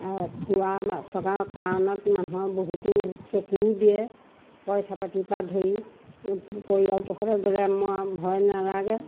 ফুৰা চকা কাৰণত মানুহৰ বহুতো চকুও দিয়ে পইচা পাতিৰ পৰা ধৰি পৰিয়ালটোৰ সৈতে গ'লে মই ভয় নালাগে